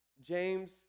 James